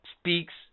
speaks